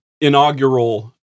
inaugural